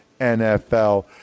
NFL